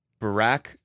Barack